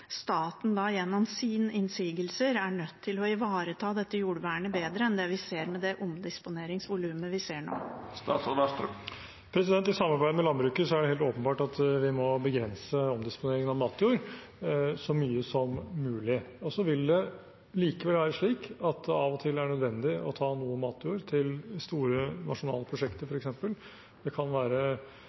staten gjennom sine innsigelser er nødt til å ivareta jordvernet bedre enn med det omdisponeringsvolumet vi ser nå. I samarbeid med landbruket er det helt åpenbart at vi må begrense omdisponeringen av matjord så mye som mulig. Så vil det likevel være slik at det av og til er nødvendig å ta noe matjord til store nasjonale prosjekter, f.eks. Det kan være